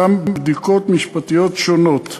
גם בדיקות משפטיות שונות.